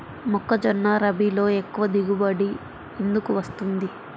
మొక్కజొన్న రబీలో ఎక్కువ దిగుబడి ఎందుకు వస్తుంది?